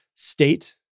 State